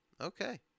Okay